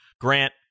Grant